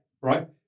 Right